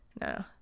No